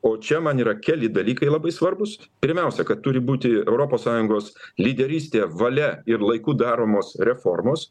o čia man yra keli dalykai labai svarbūs pirmiausia kad turi būti europos sąjungos lyderystė valia ir laiku daromos reformos